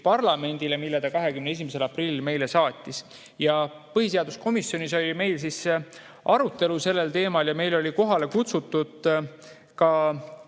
parlamendile, mille ta 21. aprill meile saatis. Põhiseaduskomisjonis oli meil arutelu sellel teemal ja meil olid kohale kutsutud ka